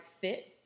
fit